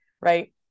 right